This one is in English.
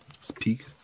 Speak